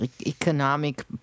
economic